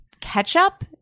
ketchup